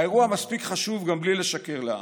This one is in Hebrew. האירוע מספיק חשוב גם בלי לשקר לעם.